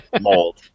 mold